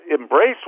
embrace